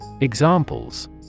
Examples